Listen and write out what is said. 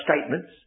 statements